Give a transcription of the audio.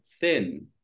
thin